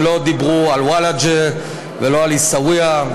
הם לא דיברו על וולאג'ה ולא על עיסאוויה,